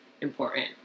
important